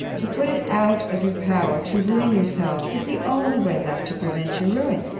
to put it out of your power to ruin yourself is the only way left to prevent your ruin.